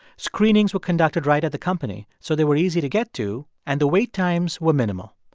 screenings were conducted right at the company, so they were easy to get to. and the wait times were minimal.